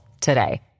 today